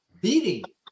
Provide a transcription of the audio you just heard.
beating